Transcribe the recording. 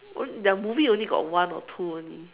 when their movie only got one or two only